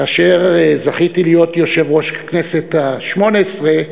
כאשר זכיתי להיות יושב-ראש הכנסת השמונה-עשרה,